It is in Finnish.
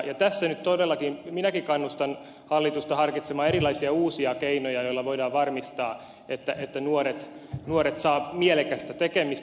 tässä nyt todellakin minäkin kannustan hallitusta harkitsemaan erilaisia uusia keinoja joilla voidaan varmistaa että nuoret saavat mielekästä tekemistä